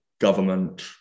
government